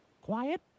quiet